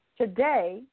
Today